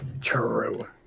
True